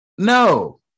No